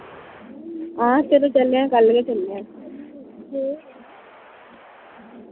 हां चलो चलनेआं कल गै चलनेआं